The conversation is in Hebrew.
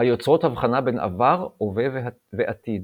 היוצרות הבחנה בין עבר, הווה ועתיד.